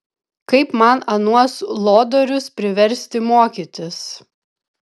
kaip man anuos lodorius priversti mokytis